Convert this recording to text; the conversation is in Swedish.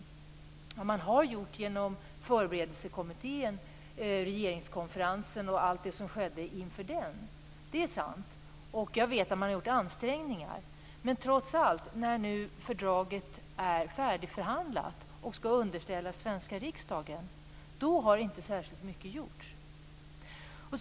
Det är sant att man har gjort en del inom förberedelsekommittén inför allt det som skedde under regeringskonferensen. Jag vet att man har gjort ansträngningar, men när fördraget nu är färdigförhandlat och skall underställas den svenska riksdagen har inte särskilt mycket gjorts.